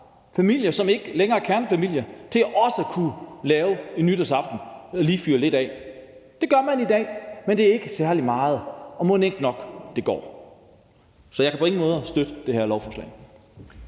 familier, som ikke er kernefamilier, i også at kunne holde en nytårsaften og lige fyre lidt fyrværkeri af. Det gør man i dag, men det er ikke særlig meget, og mon ikke nok det går? Så jeg kan på ingen måde støtte det her lovforslag.